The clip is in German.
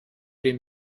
den